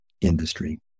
industry